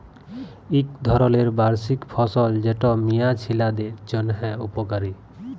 ইক ধরলের বার্ষিক ফসল যেট মিয়া ছিলাদের জ্যনহে উপকারি